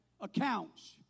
accounts